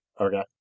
Okay